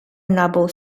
noble